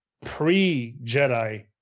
pre-Jedi